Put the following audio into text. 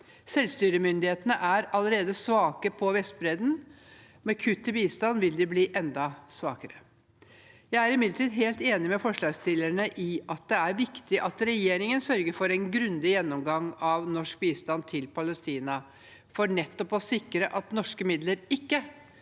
Selvstyremyndighetene er allerede svake på Vestbredden, og med kutt i bistanden vil de bli enda svakere. Jeg er imidlertid helt enig med forslagsstillerne i at det er viktig at regjeringen sørger for en grundig gjennomgang av norsk bistand til Palestina for nettopp å sikre at norske midler ikke